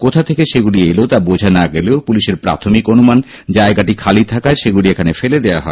কোথা থেকে সেগুলি এল তা বোঝা না গেলেও পুলিসের প্রাথমিক অনুমান জায়গাটি খালি থাকায় সেগুলি এখানে ফেলে দেওয়া হয়